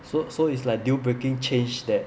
so so it's like deal breaking change that